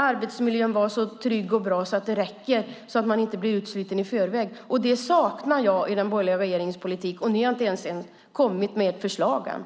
Arbetsmiljön ska vara så trygg och bra att man inte blir utsliten i förväg. Det saknar jag i den borgerliga regeringens politik. De har inte ens kommit med några förslag ännu.